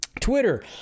Twitter